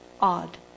odd